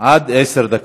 עד עשר דקות,